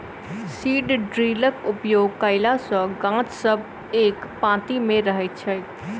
seed ड्रिलक उपयोग कयला सॅ गाछ सब एक पाँती मे रहैत छै